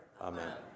Amen